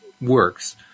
works